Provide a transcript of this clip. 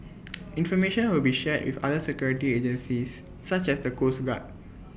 information will be shared with other security agencies such as the coast guard